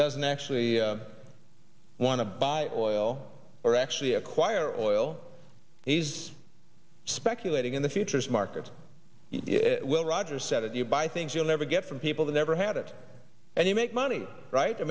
doesn't actually want to buy oil or actually acquire oil he's speculating in the futures markets will rogers said you buy things you'll never get from people who never had it and you make money right i